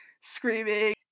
screaming